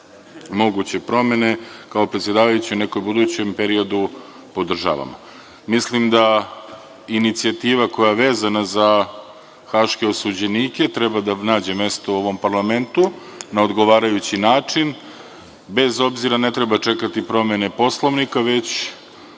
moguće promene kao predsedavajući u nekom budućem periodu podržavamo. Mislim da inicijativa koja je vezana za Haške osuđenike treba da nađe mesto u ovom parlamentu na odgovarajući način. Bez obzira, ne treba čekati promene Poslovnika, već